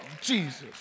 Jesus